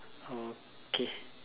okay